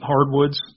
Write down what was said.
hardwoods